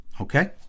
okay